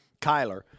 Kyler